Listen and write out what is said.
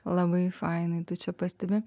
labai fainai tu čia pastebi